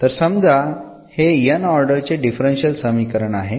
तर समजा हे n ऑर्डर चे डिफरन्शियल समीकरण आहे